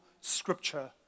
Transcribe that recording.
scripture